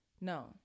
no